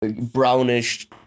brownish